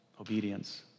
Obedience